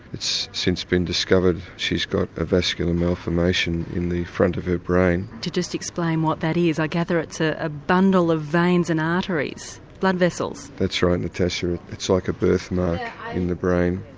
it's since been discovered she's got a vascular malformation in the front of her brain. to just explain what that is, i gather it's ah a bundle of veins and arteries. blood vessels. that's right, natasha, it's like a birth mark in the brain,